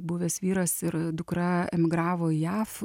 buvęs vyras ir dukra emigravo į jav